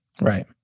Right